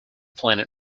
planet